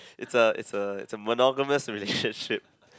it's a it's a it's a monogamous relationship